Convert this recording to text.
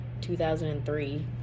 2003